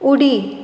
उडी